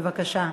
בבקשה.